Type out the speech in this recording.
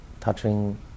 touching